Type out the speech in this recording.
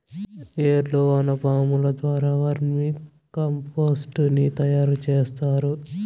ఏర్లు వానపాముల ద్వారా వర్మి కంపోస్టుని తయారు చేస్తారు